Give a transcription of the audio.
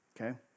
okay